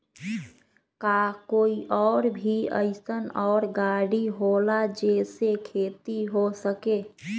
का कोई और भी अइसन और गाड़ी होला जे से खेती हो सके?